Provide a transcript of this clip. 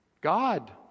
God